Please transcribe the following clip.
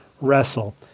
wrestle